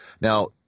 Now